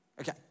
Okay